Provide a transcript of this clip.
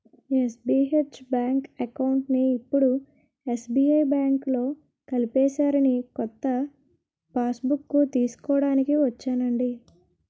SBH bank అకౌంట్ని ఇప్పుడు SBI బాంకులో కలిపేసారని కొత్త పాస్బుక్కు తీస్కోడానికి ఒచ్చానండి